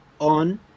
on